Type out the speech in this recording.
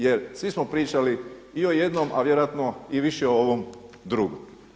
Jer svi smo pričali i o jednom, a vjerojatno i više o ovom drugom.